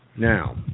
Now